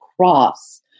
cross